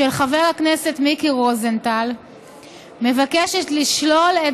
של חבר הכנסת מיקי רוזנטל מבקשת לשלול את